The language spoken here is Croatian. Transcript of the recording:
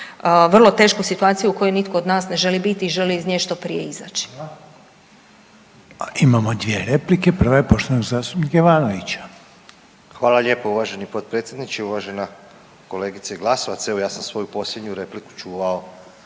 vrlo tešku situaciju u kojoj nitko od nas ne želi biti i želi iz nje što prije izaći. **Reiner, Željko (HDZ)** Imamo i dvije replike, prva je poštovanog zastupnika Ivanovića. **Ivanović, Goran (HDZ)** Hvala lijepo uvaženi potpredsjedniče, uvažena kolegice Glasovac, evo ja sam svoju posljednju repliku čuvao